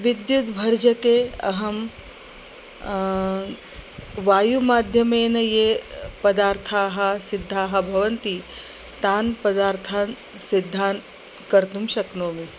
विद्युत् भर्जके अहं वायुमाध्यमेन ये पदार्थाः सिद्धाः भवन्ति तान् पदार्थान् सिद्धान् कर्तुं शक्नोमि